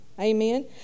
amen